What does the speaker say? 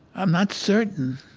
i'm not certain